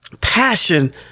passion